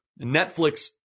Netflix